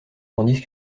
tandis